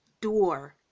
door